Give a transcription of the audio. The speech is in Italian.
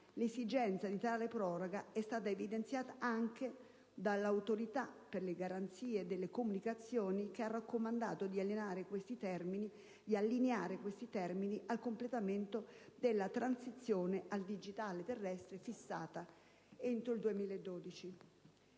l'esigenza di tale proroga è stata evidenziata anche dall'Autorità per le garanzie nelle comunicazioni, che ha raccomandato di allineare questi termini al completamento della transizione al digitale terrestre, fissato entro il 2012.